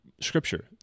Scripture